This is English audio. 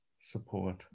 support